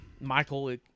Michael